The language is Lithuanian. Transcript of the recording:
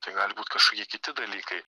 tai gali būt kažkokie kiti dalykai